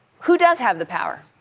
who does have the power?